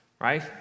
right